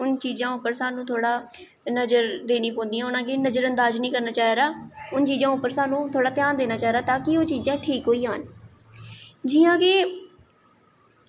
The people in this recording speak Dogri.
उ'नें चीज़ें पर सानूं थोह्ड़ा नज़र देना पौंदी ना कि नज़र अंदाज़ निं करना पौंदा उ'नें चीज़ें पर सानूं ध्यान देना पौंदा तां की ओह् चीज़ां ठीक होई जान जि'यां कि